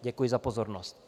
Děkuji za pozornost.